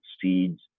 seeds